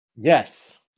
Yes